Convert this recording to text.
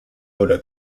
oda